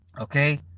Okay